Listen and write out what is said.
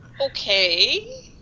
Okay